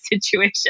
situation